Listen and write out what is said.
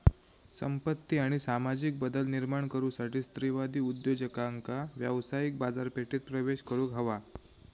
संपत्ती आणि सामाजिक बदल निर्माण करुसाठी स्त्रीवादी उद्योजकांका व्यावसायिक बाजारपेठेत प्रवेश करुक हवा